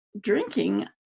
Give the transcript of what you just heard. drinking